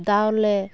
ᱫᱟᱣᱞᱮ